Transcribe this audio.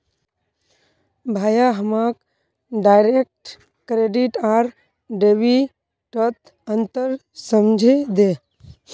भाया हमाक direct credit आर डेबिटत अंतर समझइ दे